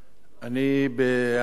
אני בעצמי